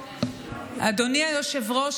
אדוני היושב-ראש,